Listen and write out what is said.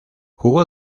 jugó